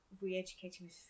re-educating